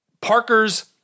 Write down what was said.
Parker's